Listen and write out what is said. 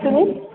പഠിച്ചത്